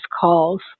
calls